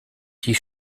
die